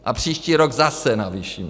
A příští rok zase navýšíme.